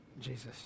Jesus